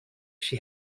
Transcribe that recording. she